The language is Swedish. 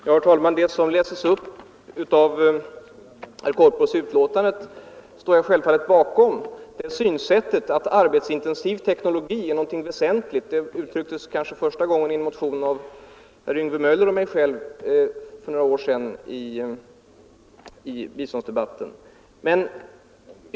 Herr talman! Det som herr Korpås läste upp ur betänkandet står jag självfallet bakom. Det synsättet att en arbetskraftsintensiv teknologi är något väsentligt uttrycktes kanske första gången i riksdagen i en motion om biståndsfrågorna av herr Yngve Möller och mig själv för några år sedan.